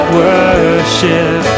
worship